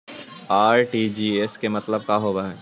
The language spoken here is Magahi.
आर.टी.जी.एस के मतलब का होव हई?